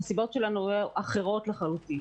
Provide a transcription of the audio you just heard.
הסיבות שלנו הן אחרות לחלוטין.